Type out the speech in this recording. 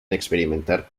experimentar